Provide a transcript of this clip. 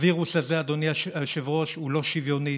הווירוס הזה, אדוני היושב-ראש, הוא לא שוויוני.